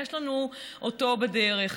יש לנו אותו בדרך.